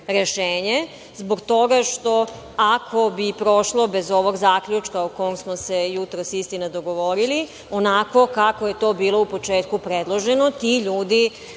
zbog toga što, ako bi prošlo bez ovog zaključka o kom smo se jutros, istina, dogovorili, onako kako je to bilo u početku predloženo, ti ljudi